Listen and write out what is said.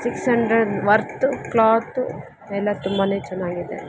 six hundred worth cloth ಎಲ್ಲ ತುಂಬನೇ ಚೆನ್ನಾಗಿದೆ